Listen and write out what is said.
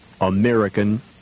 American